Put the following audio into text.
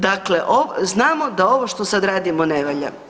Dakle znamo da ovo što sad radimo ne valja.